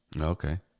Okay